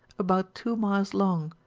about two miles long,